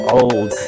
old